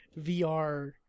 VR